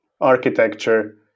architecture